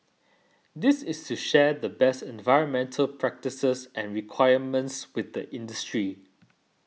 this is to share the best environmental practices and requirements with the industry